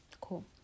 cool